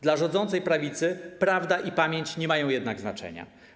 Dla rządzącej prawicy prawda i pamięć nie mają jednak znaczenia.